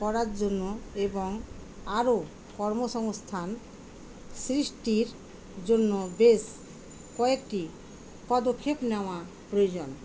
করার জন্য এবং আরও কর্মসংস্থান সৃষ্টির জন্য বেশ কয়েকটি পদক্ষেপ নেওয়া প্রয়োজন